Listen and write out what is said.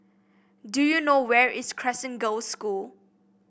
do you know where is Crescent Girls' School